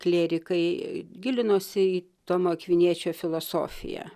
klierikai gilinosi į tomo akviniečio filosofiją